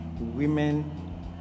women